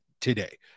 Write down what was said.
today